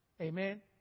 Amen